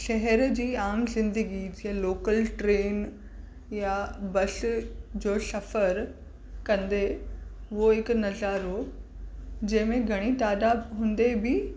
शहर जी आम जिंदगी जीअं लोकल ट्रेन या बस जो सफ़र कंदे उहो हिकु नज़ारो जंहिंमें घणी तइदादु हूंदे बि